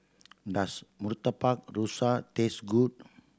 does Murtabak Rusa taste good